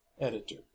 Editor